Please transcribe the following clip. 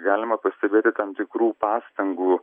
galima pastebėti tam tikrų pastangų